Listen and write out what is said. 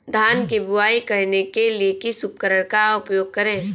धान की बुवाई करने के लिए किस उपकरण का उपयोग करें?